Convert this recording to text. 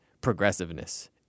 progressiveness